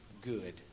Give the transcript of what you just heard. good